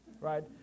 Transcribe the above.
right